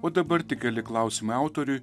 o dabar tik keli klausimai autoriui